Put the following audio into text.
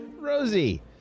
Rosie